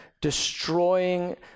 destroying